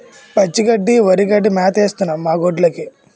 పచ్చి గడ్డి వరిగడ్డి మేతేస్తన్నం మాగొడ్డ్లుకి